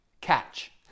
catch